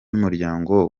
umuryango